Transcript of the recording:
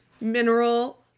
mineral